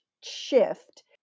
shift